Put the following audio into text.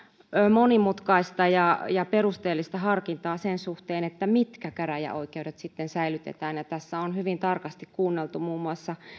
monimutkaista ja ja perusteellista harkintaa sen suhteen mitkä käräjäoikeudet säilytetään ja tässä on hyvin tarkasti kuunneltu muun muassa